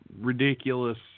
ridiculous